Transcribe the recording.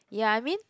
ya I mean